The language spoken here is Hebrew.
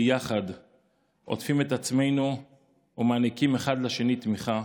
ביחד עוטפים את עצמנו ומעניקים האחד לשני תמיכה,